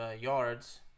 yards